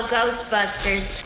Ghostbusters